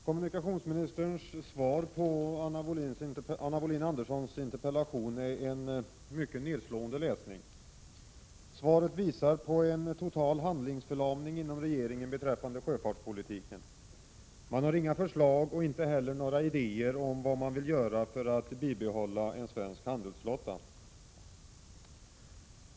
Herr talman! Kommunikationsministerns svar på Anna Wohlin-Anderssons interpellation är en mycket nedslående läsning. Svaret visar på en total handlingsförlamning inom regeringen beträffande sjöfartspolitiken. Man har inga förslag och inte heller några idéer om vad man vill göra för att bibehålla en svensk handelsflotta.